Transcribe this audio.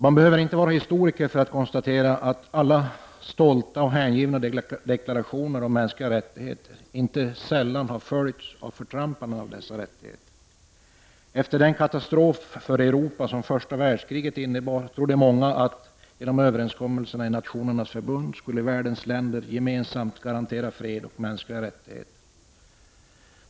Man behöver inte vara historiker för att konstatera att stolta och hängivna deklarationer om mänskliga rättigheter inte så sällan har följts av förtrampanden av dessa rättigheter. Efter den katastrof för Europa som första världskriget innebar trodde många att världens länder gemensamt genom överenskommelserna i Nationernas förbund skulle garantera fred och mänskliga rättigheter.